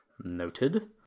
noted